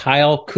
Kyle